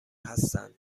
هستند